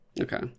Okay